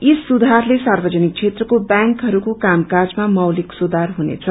यी सुधारले सार्वजनिक क्षेत्रको ब्यांकहरूको कामकाजमा मौलिक सुधार हुनेछ